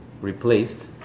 replaced